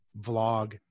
vlog